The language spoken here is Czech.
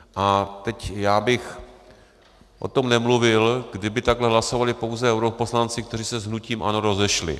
A teď já bych o tom nemluvil, kdyby takhle hlasovali pouze europoslanci, kteří se s hnutím ANO rozešli.